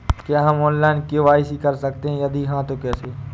क्या हम online KYC कर सकते हैं यदि हाँ तो कैसे?